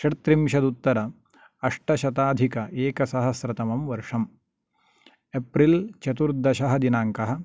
षड्त्रिशदुत्तर अष्टशताधिक एकसहस्रतमं वर्षम् एप्रिल् चतुर्दशः दिनाङ्कः